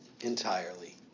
entirely